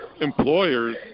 employers